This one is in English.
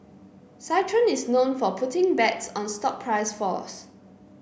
citron is known for putting bets on stock price falls